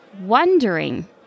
Wondering